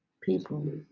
People